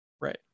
Right